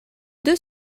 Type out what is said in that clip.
deux